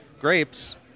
grapes